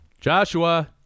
Joshua